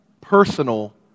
personal